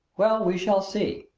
well, we shall see!